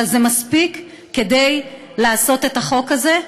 אבל זה מספיק כדי לעשות את החוק הזה,